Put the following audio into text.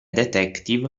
detective